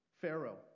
Pharaoh